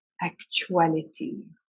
actuality